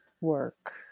work